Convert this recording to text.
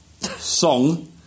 Song